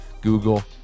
google